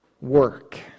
work